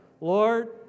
Lord